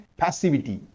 passivity